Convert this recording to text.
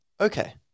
Okay